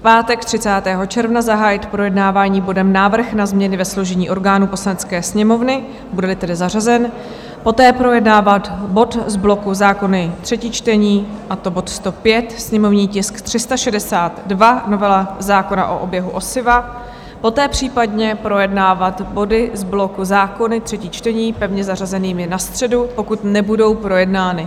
V pátek 30. června, zahájit projednávání bodem Návrh na změny ve složení orgánů Poslanecké sněmovny, budeli tedy zařazen, poté projednávat bod z bloku Zákony třetí čtení, a to bod 105, sněmovní tisk 362, novela zákona o oběhu osiva, poté případně projednávat body z bloku Zákony třetí čtení pevně zařazené na středu, pokud nebudou projednány.